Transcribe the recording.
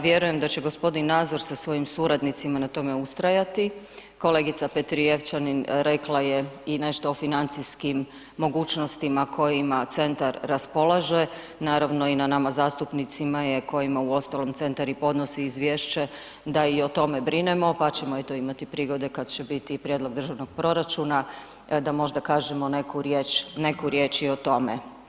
Vjerujem da će g. Nazor sa svojim suradnicima na tome ustrajati, kolegica Petrijevčanin rekla je i nešto o financijskim mogućnostima kojima centar raspolaže, naravno i na nama zastupnicima je, kojima uostalom centar i podnosi izvješće, da i o tome brinemo, pa ćemo i to imati prigode kad će biti prijedlog državnog proračuna, da možda kažemo neku riječ, neku riječ i o tome.